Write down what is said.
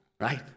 right